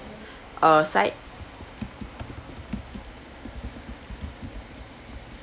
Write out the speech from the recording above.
uh side